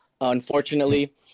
unfortunately